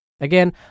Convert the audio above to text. Again